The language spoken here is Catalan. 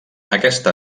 aquesta